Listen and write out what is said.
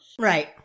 Right